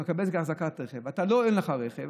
אתה מקבל אחזקת רכב ואין לך רכב,